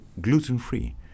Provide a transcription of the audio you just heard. Gluten-free